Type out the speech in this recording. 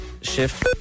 Shift